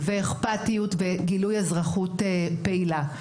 אכפתיות וגילוי אזרחות פעילה.